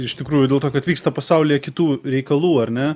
iš tikrųjų dėl to kad vyksta pasaulyje kitų reikalų ar ne